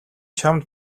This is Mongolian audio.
чамд